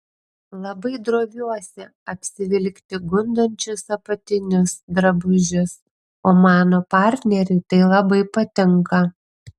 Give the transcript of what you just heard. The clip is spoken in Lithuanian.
labai droviuosi apsivilkti gundančius apatinius drabužius o mano partneriui tai labai patinka